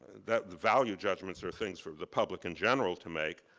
the value judgments are things from the public, in general, to make.